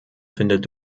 findet